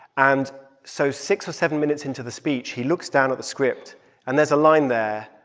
and so six or seven minutes into the speech, he looks down at the script and there's a line there,